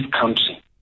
country